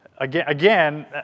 Again